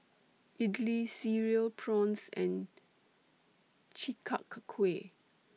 Idly Cereal Prawns and Chi Kak Kuih